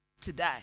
today